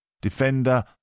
Defender